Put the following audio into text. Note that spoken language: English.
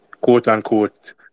quote-unquote